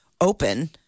open